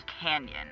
canyon